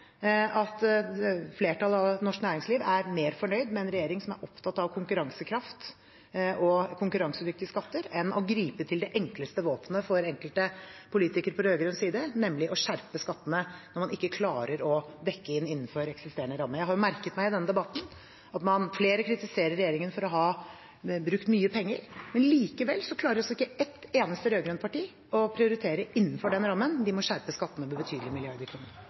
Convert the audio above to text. at flertallet i norsk næringsliv er mer fornøyd med en regjering som er mer opptatt av konkurransekraft og konkurransedyktige skatter heller enn å gripe til det som er det enkleste våpenet for enkelte politikere på rød-grønn side, nemlig å skjerpe skattene når man ikke klarer å dekke inn innenfor eksisterende rammer. Jeg har merket meg i denne debatten at flere kritiserer regjeringen for å ha brukt mye penger, men likevel klarer ikke ett eneste rød-grønt parti å prioritere innenfor rammen – de må skjerpe skattene med betydelige milliarder.